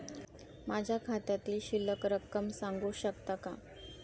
माझ्या खात्यातील शिल्लक रक्कम सांगू शकता का?